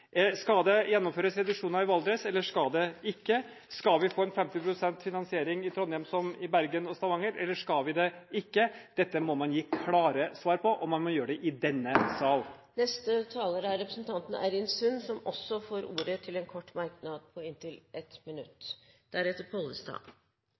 Skal det gjennomføres reduksjoner i Valdres, eller skal det ikke? Skal vi få en 50 pst. finansiering i Trondheim, som i Bergen og Stavanger, eller skal vi ikke? Dette må man gi klare svar på, og man må gjøre det i denne sal. Representanten Eirin Sund har hatt ordet to ganger tidligere og får ordet til en kort merknad, begrenset til 1 minutt.